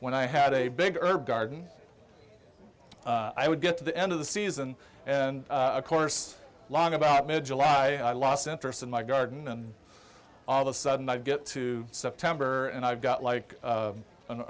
when i had a big herb garden i would get to the end of the season and of course along about mid july i lost interest in my garden and all of a sudden i get to september and i've got like